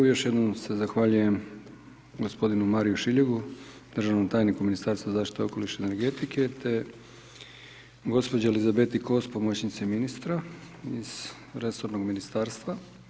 Još jednom se zahvaljujem gospodinu Mariju Šiljegu, državnom tajniku u Ministarstvu zaštite okoliša i energetike te gospođi Elizabeti Kos, pomoćnici ministra, iz resornog Ministarstva.